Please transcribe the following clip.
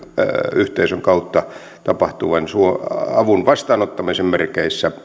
yhteisön kautta tapahtuvan avun vastaanottamisen merkeissä